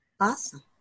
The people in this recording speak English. Awesome